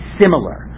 similar